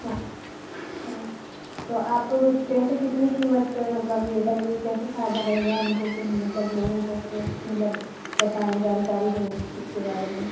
हाँ हाँ तो आप कैसे कितनी क़ीमत पे मतलब ये रहेंगी कैसे फ़ायदा रहेगा हमको कि हम मतलब लोगों को मतलब बताएँ जानकारी दें इस चीज़ के बारे में